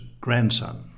grandson